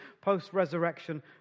post-resurrection